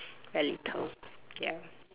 very little ya